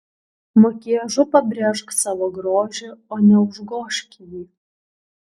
makiažu pabrėžk savo grožį o ne užgožk jį